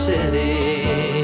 City